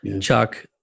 Chuck